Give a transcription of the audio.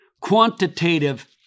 quantitative